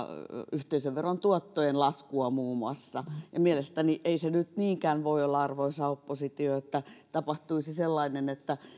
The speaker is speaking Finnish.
yhteisöveron tuottojen laskua muun muassa mielestäni ei se nyt niinkään voi olla arvoisa oppositio että tapahtuisi sellainen että vaikka